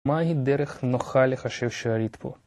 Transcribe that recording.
מה היא דרך נוחה לחשב שארית פה?